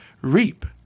reap